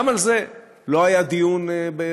גם על זה לא היה דיון בכנסת,